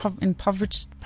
impoverished